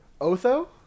Otho